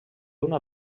una